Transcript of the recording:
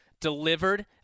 delivered